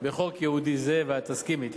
בחוק ייעודי זה, ואת תסכימי אתי.